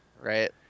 Right